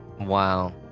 Wow